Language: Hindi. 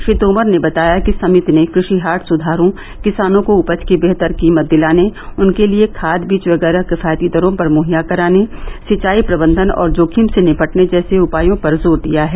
श्री तोमर ने बताया कि समिति ने कृषि हाट सुधारों किसानों को उपज की बेहतर कीमत दिलाने उनके लिए खाद बीज वगैरह किफायती दरों पर मुहैया कराने सिचाई प्रबंधन और जोखिम से निपटने जैसे उपायों पर जोर दिया है